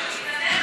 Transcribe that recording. שידבר